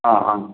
ആ ആ